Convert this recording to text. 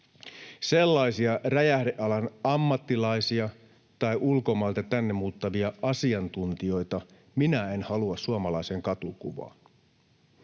Sellaisia räjähdealan ammattilaisia tai ulkomailta tänne muuttavia asiantuntijoita minä en halua suomalaiseen katukuvaan.